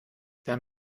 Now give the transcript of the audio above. dann